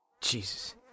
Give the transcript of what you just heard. Jesus